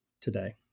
today